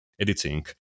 editing